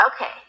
Okay